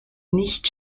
nicht